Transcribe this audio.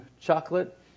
chocolate